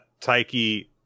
taiki